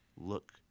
look